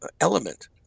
element